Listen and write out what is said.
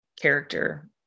Character